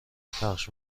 پخش